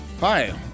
Hi